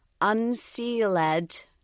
unsealed